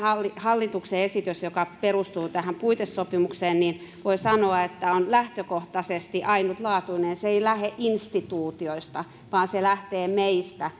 hallituksen esitys joka perustuu tähän puitesopimukseen on voi sanoa lähtökohtaisesti ainutlaatuinen se ei lähde instituutioista vaan se lähtee meistä